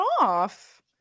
off